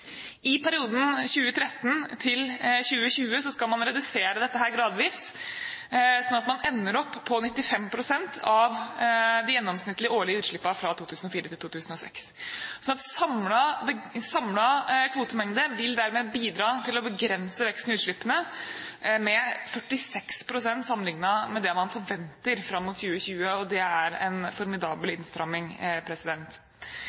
I perioden 2013–2020 skal man redusere dette gradvis, slik at man ender opp på 95 pst. av de gjennomsnittlige årlige utslippene i perioden 2004–2006. Samlet kvotemengde vil dermed bidra til å begrense veksten i utslippene med 46 pst. sammenlignet med det man forventer fram mot 2020, og det er en formidabel